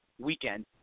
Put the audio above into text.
weekend